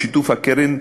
בשיתוף הקרן,